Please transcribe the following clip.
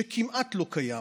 שכמעט לא קיים,